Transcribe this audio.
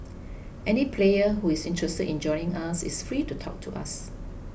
any player who is interested in joining us is free to talk to us